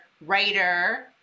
writer